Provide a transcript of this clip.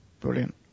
Brilliant